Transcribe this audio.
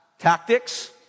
tactics